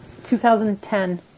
2010